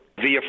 via